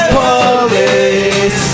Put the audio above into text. police